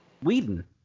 Whedon